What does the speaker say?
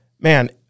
man